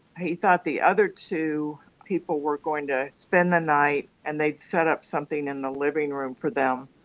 he thought the other two people were going to spend the night and they had set up something in the living room for them.